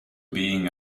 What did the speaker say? being